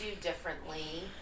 differently